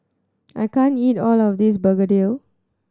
I can't eat all of this begedil